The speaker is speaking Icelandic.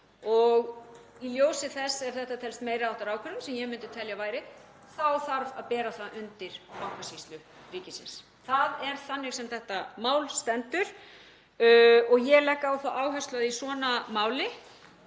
Í ljósi þess ef þetta telst meiri háttar ákvörðun, sem ég myndi telja að væri, þá þarf að bera það undir Bankasýslu ríkisins. Það er þannig sem þetta mál stendur og ég legg á það áherslu að í svona máli,